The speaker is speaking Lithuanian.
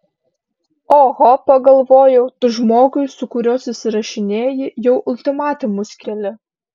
oho pagalvojau tu žmogui su kuriuo susirašinėji jau ultimatumus keli